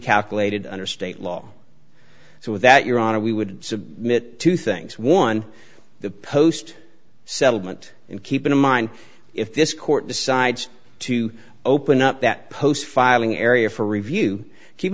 calculated under state law so with that your honor we would submit two things one the post settlement and keep in mind if this court decides to open up that post filing area for review keep